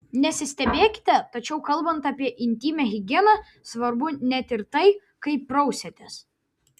nesistebėkite tačiau kalbant apie intymią higieną svarbu net ir tai kaip prausiatės